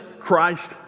Christ